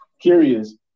curious